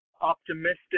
optimistic